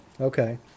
Okay